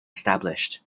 established